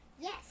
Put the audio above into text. Yes